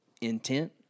intent